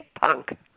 punk